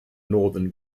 northern